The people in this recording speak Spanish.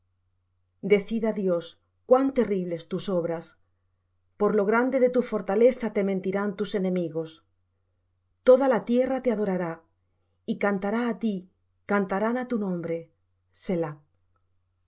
á dios cuán terribles tus obras por lo grande de tu fortaleza te mentirán tus enemigos toda la tierra te adorará y cantará á ti cantarán á tu nombre